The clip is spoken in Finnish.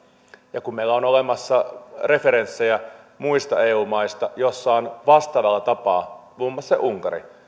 ja kun meillä on olemassa referenssejä muista eu maista joissa on vastaavalla tapaa muun muassa unkarissa